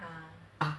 ah